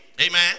amen